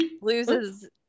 loses